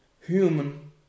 human